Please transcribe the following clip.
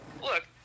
Look